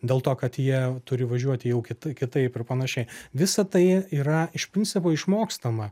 dėl to kad jie turi važiuoti jau kitaip ir panašiai visa tai yra iš principo išmokstama